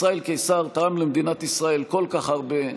ישראל קיסר תרם למדינת ישראל כל כך הרבה,